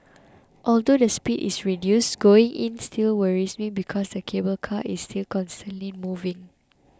although the speed is reduced going in still worries me because the cable car is still constantly moving